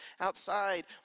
outside